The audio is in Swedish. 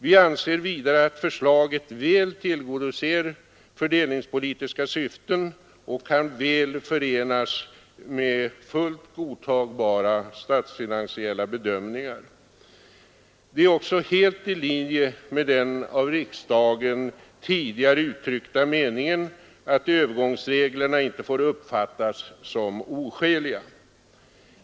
Vi anser vidare att förslaget väl tillgodoser fördelningspolitiska syften och kan väl förenas med fullt godtagbara statsfinansiella bedömningar. Det är också helt i linje med den av riksdagen tidigare uttryckta meningen att övergångsreglerna inte får uppfattas som oskäliga.